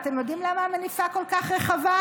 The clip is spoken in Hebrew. ואתם יודעים למה המניפה כל כך רחבה?